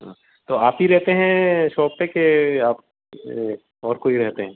हाँ तो आप ही रहते हैं सॉप पर के आप और कोई रहते हैं